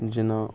जेना